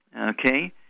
okay